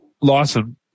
Lawson